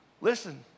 Listen